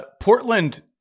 Portland